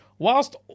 Whilst